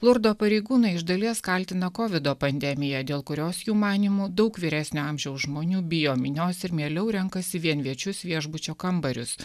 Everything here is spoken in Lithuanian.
lurdo pareigūnai iš dalies kaltina kovido pandemiją dėl kurios jų manymu daug vyresnio amžiaus žmonių bijo minios ir mieliau renkasi vienviečius viešbučio kambarius